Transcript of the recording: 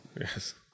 Yes